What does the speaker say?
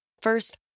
First